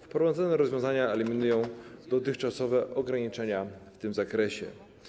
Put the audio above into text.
Wprowadzone rozwiązania eliminują dotychczasowe ograniczenia w tym zakresie.